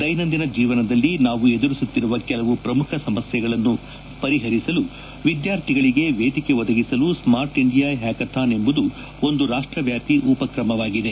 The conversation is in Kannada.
ದೈನಂದಿನ ಜೀವನದಲ್ಲಿ ನಾವು ಎದುರಿಸುತ್ತಿರುವ ಕೆಲವು ಪ್ರಮುಖ ಸಮಸ್ಯೆಗಳನ್ನು ಪರಿಹರಿಸಲು ವಿದ್ಯಾರ್ಥಿಗಳಿಗೆ ವೇದಿಕೆ ಒದಗಿಸಲು ಸ್ಮಾರ್ಟ್ ಇಂಡಿಯಾ ಹ್ಯಾಕಥಾನ್ ಎಂಬುದು ಒಂದು ರಾಷ್ಟ್ರವ್ಯಾಪಿ ಉಪಕ್ರಮವಾಗಿದೆ